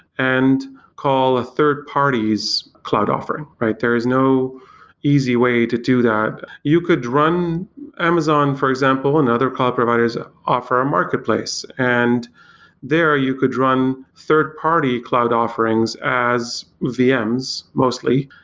and call a third-party's cloud offering. there is no easy way to do that. you could run amazon, for example, and other cloud providers ah offer a marketplace and there you could run third-party cloud offerings as vms mostly,